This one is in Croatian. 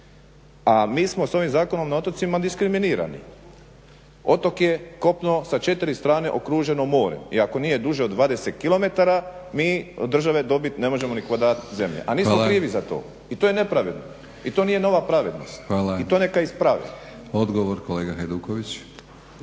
A mi smo s ovim zakonom na otocima diskriminirani. Otok je kopno sa 4 strane okruženo morem. I ako nije duže od 20 km mi od države dobiti ne možemo ni kvadrat zemlje, a nismo krivi za to. I to je nepravedno, i to nije nova pravednost. I to neka isprave. **Batinić,